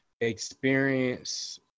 experience